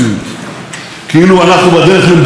כאילו אנחנו בדרך למדינה פאשיסטית,